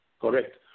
Correct